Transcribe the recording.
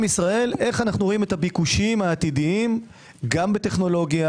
ישראל איך אנו רואים את הביקושים העתידיים גם בטכנולוגיה,